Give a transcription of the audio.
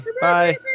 Bye